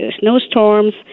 snowstorms